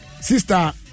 Sister